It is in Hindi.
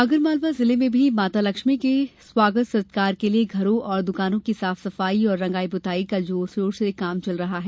आगरमालवा जिले में भी माता लक्ष्मी के स्वागत सत्कार के लिये घरों और दुकानों की साफ सफाई और रंगाई पुताई का कार्य जोरशोर से किया जा रहा है